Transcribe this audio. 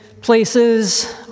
places